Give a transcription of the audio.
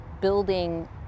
building